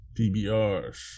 PBRs